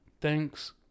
Thanks